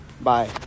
Bye